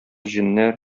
җеннәр